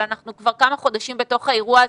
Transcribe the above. אבל אנחנו כבר כמה חודשים בתוך האירוע הזה,